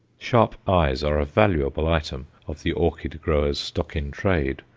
sharp eyes are a valuable item of the orchid-grower's stock-in-trade,